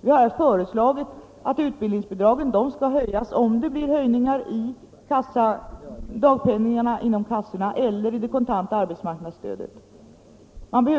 Vi har föreslagit att utbildningsbidraget skall höjas om dagpenningen inom kassorna eller det kontanta arbetsmarknadsstödet höjs.